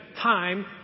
time